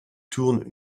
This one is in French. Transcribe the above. tourne